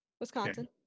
Wisconsin